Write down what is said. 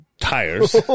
tires